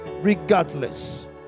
regardless